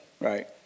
right